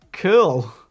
Cool